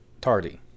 tardy